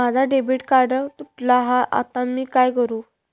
माझा debit card तुटला हा आता मी काय करू?